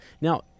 Now